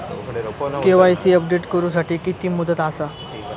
KYC update करू साठी किती मुदत आसा?